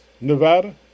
nevada